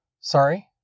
Sorry